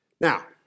Now